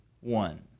One